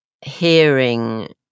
hearing